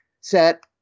Set